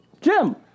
Jim